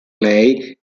lei